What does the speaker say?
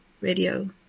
radio